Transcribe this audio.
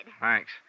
Thanks